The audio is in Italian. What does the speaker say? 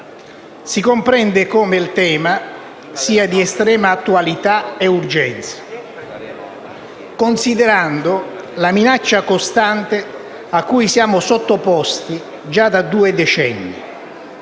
Si comprende come il tema sia di estrema attualità e urgenza, considerando la minaccia costante a cui siamo sottoposti già da due decenni.